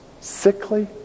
sickly